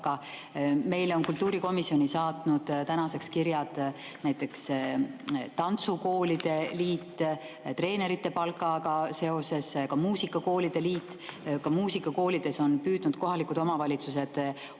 palka. Meile on kultuurikomisjoni saatnud tänaseks kirjad näiteks tantsukoolide liit treenerite palgaga seoses, ka muusikakoolide liit. Ka muusikakoolides on püüdnud kohalikud omavalitsused hoida